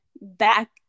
back